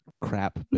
Crap